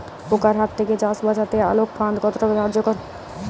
পোকার হাত থেকে চাষ বাচাতে আলোক ফাঁদ কতটা কার্যকর?